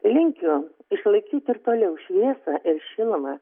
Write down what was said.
linkiu išlaikyt ir toliau šviesą ir šilumą